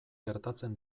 gertatzen